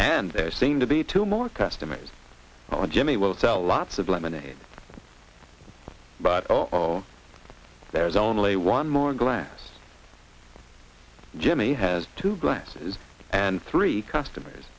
and there seem to be two more customers and jimmy will sell lots of lemonade but all or there is only one more glass jimmy has two glasses and three customers